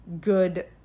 good